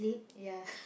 ya